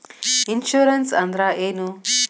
Insurance ಅಂದ್ರ ಏನು?